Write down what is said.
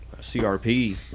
CRP